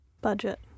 Budget